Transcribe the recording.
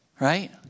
right